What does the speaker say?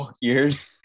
years